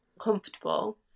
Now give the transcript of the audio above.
comfortable